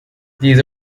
these